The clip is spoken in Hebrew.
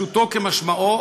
פשוטו כמשמעו,